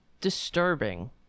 disturbing